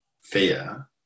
fear